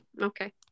Okay